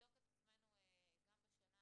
נבדוק את עצמנו גם בשנה